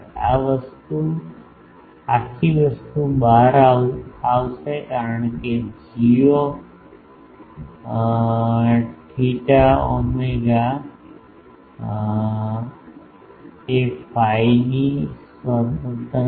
આ આખી વસ્તુ બહાર આવશે કારણ કે g θ φ એ phi થી સ્વતંત્ર છે